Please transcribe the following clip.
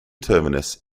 terminus